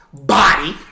Body